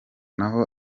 naho